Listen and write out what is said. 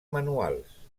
manuals